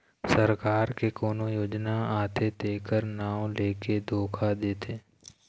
सरकार के कोनो योजना आथे तेखर नांव लेके धोखा देथे